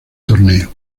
torneo